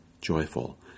joyful